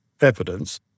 evidence